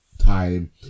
time